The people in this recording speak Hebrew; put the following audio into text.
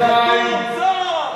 הבנתי,